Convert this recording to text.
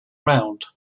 round